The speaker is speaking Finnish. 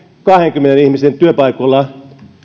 kahdenkymmenen ihmisen työpaikoilla